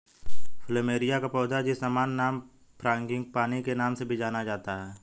plumeria का पौधा, जिसे सामान्य नाम फ्रांगीपानी के नाम से भी जाना जाता है